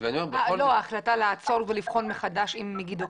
לא ההחלטה לעצור ולבחון מחדש אם מגידו,